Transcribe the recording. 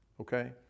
Okay